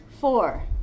Four